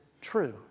true